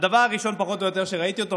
והדבר הראשון פחות או יותר כשראיתי אותו,